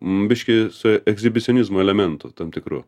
biški su ekshibicionizmo elementu tam tikru